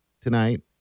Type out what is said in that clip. tonight